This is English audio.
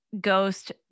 ghost